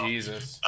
Jesus